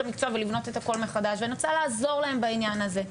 המקצוע ולבנות את הכל מחדש ואני רוצה לעזור להם בעניין הזה,